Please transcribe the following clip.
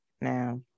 now